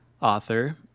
author